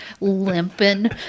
limping